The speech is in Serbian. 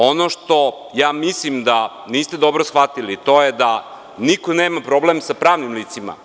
Ono što ja mislim da niste dobro shvatili, to je da niko nema problem sa pravnim licima.